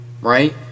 right